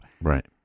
Right